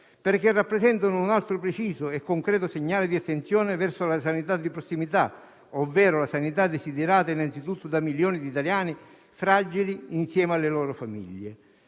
perché rappresentano un altro preciso e concreto segnale di attenzione verso la sanità di prossimità, ovvero la sanità desiderata innanzitutto da milioni di italiani fragili insieme alle loro famiglie.